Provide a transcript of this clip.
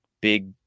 big